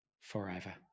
forever